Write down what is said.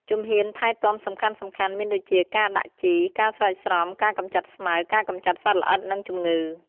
ជំហានថែទាំសំខាន់ៗមានដូចជា ការដាក់ជី ការស្រោចស្រព ការកម្ចាត់ស្មៅ ការកម្ចាត់សត្វល្អិត និងជំងឺ។